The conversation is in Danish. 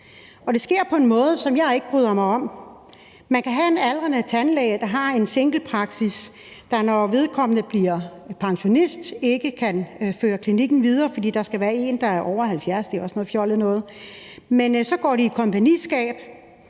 det sker på en måde, som jeg ikke bryder mig om. Man kan have en aldrende tandlæge, der har en singlepraksis, og som, når vedkommende bliver pensionist, ikke kan føre klinikken videre, fordi der skal være en, der er over 70 år – og det er også noget fjollet noget. Men så går de i kompagniskab,